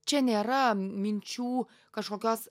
čia nėra minčių kažkokios